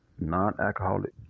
Non-alcoholic